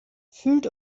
fühlt